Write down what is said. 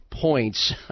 Points